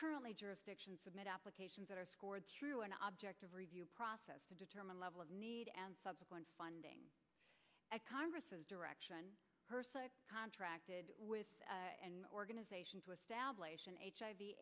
currently jurisdictions submit applications that are scored through an object of review process to determine level of need and subsequent funding congress's direction person contracted with an organization to establish and h